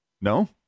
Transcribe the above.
No